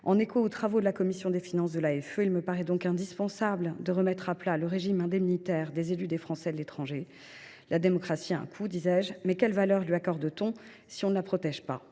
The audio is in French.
En écho aux travaux de la commission des finances de l’Assemblée des Français de l’étranger, il me paraît donc indispensable de remettre à plat le régime indemnitaire des élus des Français de l’étranger. La démocratie a un coût, mais quelle valeur lui accorde t on si on ne la protège pas ?